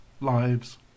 lives